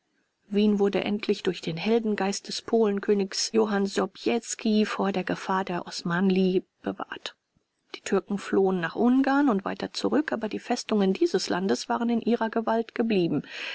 wien wurde endlich durch den heldengeist des polenkönigs johann sobieski vor der gewalt der osmanli bewahrt die türken flohen nach ungarn und weiter zurück aber die festungen dieses landes waren in ihrer gewalt geblieben